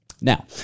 Now